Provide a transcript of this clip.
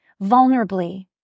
vulnerably